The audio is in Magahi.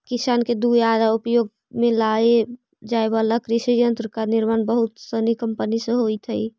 किसान के दुयारा उपयोग में लावल जाए वाला कृषि यन्त्र के निर्माण बहुत से कम्पनिय से होइत हई